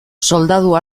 soldadu